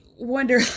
wonder